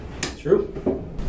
True